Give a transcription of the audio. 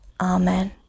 Amen